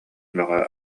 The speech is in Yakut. бөҕө